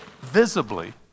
visibly